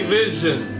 vision